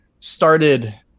Started